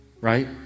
right